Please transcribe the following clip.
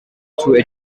through